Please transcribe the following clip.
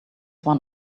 one